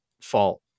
fault